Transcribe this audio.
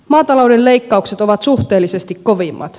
maatalouden leikkaukset ovat suhteellisesti kovimmat